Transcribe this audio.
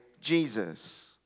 Jesus